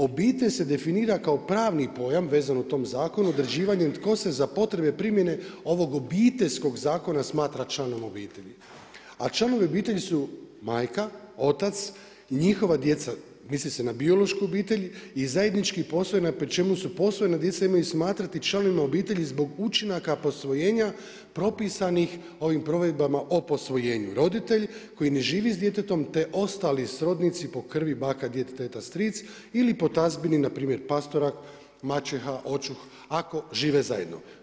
Obitelj se definira kao pravni pojam vezano u tom zakonu određivanjem tko se za potrebe primjene ovog Obiteljskog zakona smatra članom obitelji. a članovi obitelji su majka, otac i njihova djeca, misli se na biološku obitelj i zajednički posvojena pri čemu su posvojena imaju smatrati članovima obitelji zbog učinaka posvojenja propisanih ovim provedbama o posvojenju, roditelj koji ne živi s djetetom te ostali srodnici po krvi baka, djed, teta, stric ili po tazbni npr. pastorak, maćeha, očuh ako žive zajedno.